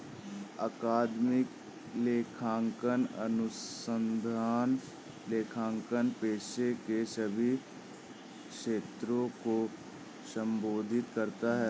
अकादमिक लेखांकन अनुसंधान लेखांकन पेशे के सभी क्षेत्रों को संबोधित करता है